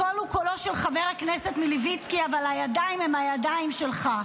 הקול הוא קולו של חבר הכנסת מלביצקי אבל הידיים הן הידיים שלך.